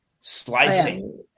slicing